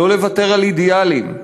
לא לוותר על אידיאלים,